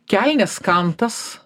kelnės kantas